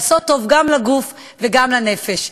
לעשות טוב גם לגוף וגם לנפש.